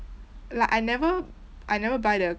like I never I never buy the